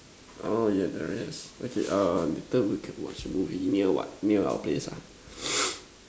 oh ya there is okay uh later we can watch a movie near what near our place ah